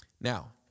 Now